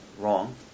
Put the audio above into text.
wrong